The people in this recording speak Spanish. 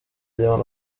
llevan